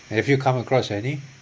have you come across any